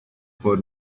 por